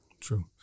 True